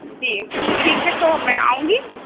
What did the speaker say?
جی ٹھیک ہے تو میں آؤں گی